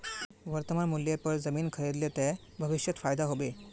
वर्तमान मूल्येर पर जमीन खरीद ले ते भविष्यत फायदा हो बे